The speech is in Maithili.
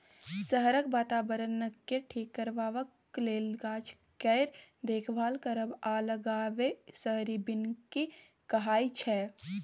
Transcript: शहरक बाताबरणकेँ ठीक करबाक लेल गाछ केर देखभाल करब आ लगाएब शहरी बनिकी कहाइ छै